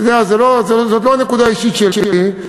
אתה יודע, זאת לא נקודה אישית שלי.